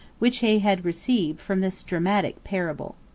which he had received from this dramatic parable.